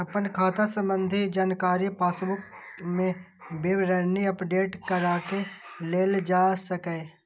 अपन खाता संबंधी जानकारी पासबुक मे विवरणी अपडेट कराके लेल जा सकैए